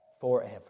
forever